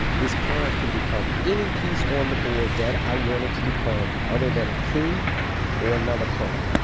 this pawn can become any piece on the board that i want it to become other than a king or another pawn.